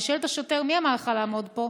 אני שואלת את השוטר: מי אמר לך לעמוד פה?